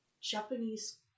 Japanese